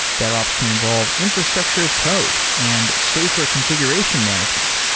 devops can involve infrastructure as code and safer confi guration management.